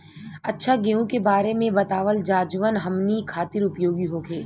अच्छा गेहूँ के बारे में बतावल जाजवन हमनी ख़ातिर उपयोगी होखे?